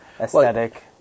aesthetic